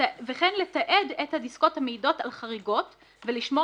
וכן לתעד את הדסקות המעידות על חריגות ולשמר